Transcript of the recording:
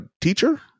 teacher